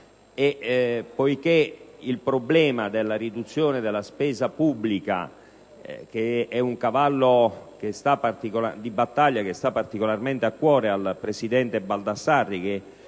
e poiché il problema della riduzione della spesa pubblica, che è un cavallo di battaglia che sta particolarmente a cuore al presidente Baldassarri